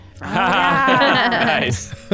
Nice